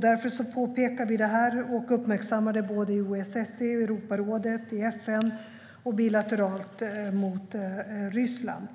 Därför påpekar vi det här och uppmärksammar det såväl i OSSE, Europarådet och FN som bilateralt till Ryssland.